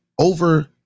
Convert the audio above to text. over